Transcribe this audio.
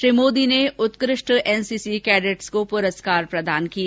श्री मोदी ने उत्क ष्ट एनसीसी कैडेटों को पुरस्कार प्रदान किए